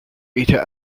meter